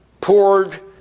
poured